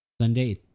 Sunday